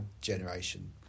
generation